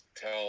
tell